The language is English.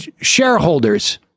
shareholders